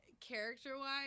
character-wise